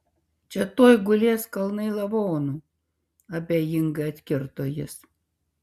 čia tuoj gulės kalnai lavonų abejingai atkirto jis